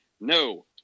no